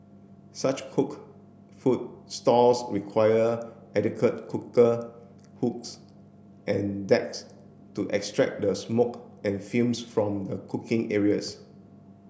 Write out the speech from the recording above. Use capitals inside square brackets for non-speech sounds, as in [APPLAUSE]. such cooked food stalls require adequate cooker hoods and [UNINTELLIGIBLE] to extract the smoke and fumes from the cooking areas